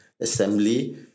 assembly